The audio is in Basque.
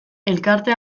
elkarte